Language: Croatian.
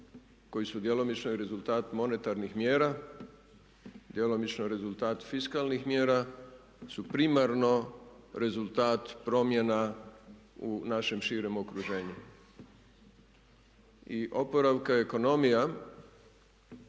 koji su djelomično i rezultat monetarnih mjera, djelomično rezultat fiskalnih mjera, su primarno rezultat promjena u našem širem okruženju i oporavka ekonomija